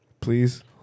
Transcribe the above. please